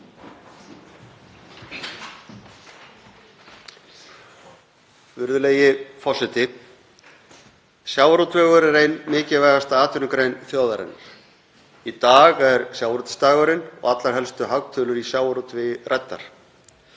Virðulegi forseti. Sjávarútvegur er ein mikilvægasta atvinnugrein þjóðarinnar. Í dag er sjávarútvegsdagurinn og allar helstu hagtölur í sjávarútvegi ræddar.